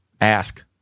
ask